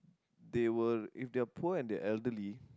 they were if they were poor and they are elderly